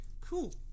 cool